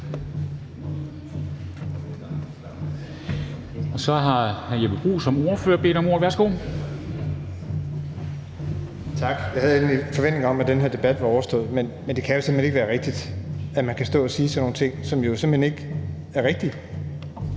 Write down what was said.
Værsgo. Kl. 10:48 (Ordfører) Jeppe Bruus (S): Tak. Jeg havde egentlig en forventning om, at den her debat var overstået, men det kan simpelt hen ikke være rigtigt, at man kan stå og sige sådan nogle ting, som jo simpelt hen ikke er rigtige.